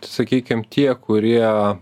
sakykime tie kurie